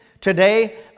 Today